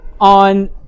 on